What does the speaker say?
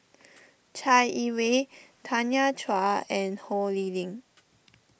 Chai Yee Wei Tanya Chua and Ho Lee Ling